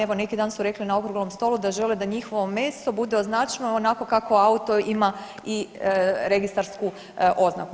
Evo neki dan su rekli na okruglom stolu da žele da njihovo meso bude označeno onako kako auto ima i registarsku oznaku.